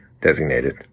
designated